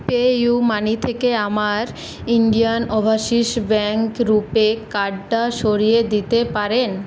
PayUmoney থেকে আমার Indian Overseas Bank RuPay কার্ডটা সরিয়ে দিতে পারেন